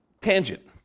tangent